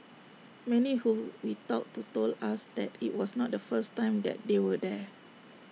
many who we talked to told us that IT was not the first time that they were there